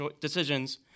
decisions